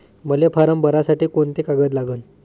मले फारम भरासाठी कोंते कागद लागन?